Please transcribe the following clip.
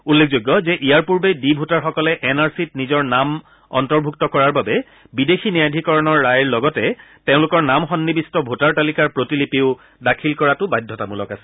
উল্লেখযোগ্য যে ইয়াৰ পূৰ্বে ডি ভোটাৰসকলে এনআৰচিত নিজৰ নাম অন্তৰ্ভুক্ত কৰাৰ বাবে বিদেশী ন্যায়াধিকৰণৰ ৰায়ৰ লগতে তেওঁলোকৰ নাম সন্নিৱিষ্ট ভোটাৰ তালিকাৰ প্ৰতিলিপিও দাখিল কৰাটো বাধ্যতামূলক আছিল